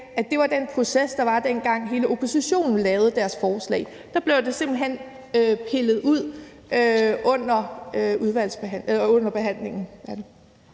at det var den proces, der var, dengang hele oppositionen lavede deres forslag. Der blev det simpelt hen pillet ud under behandlingen